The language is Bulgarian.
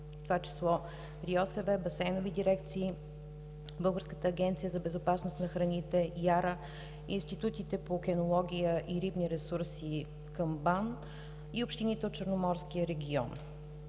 това число РИОСВ, Басейнови дирекции, Българската агенция за безопасност на храните, ИАРА, институтите по кинология и рибни ресурси към БАН и общините от Черноморския регион.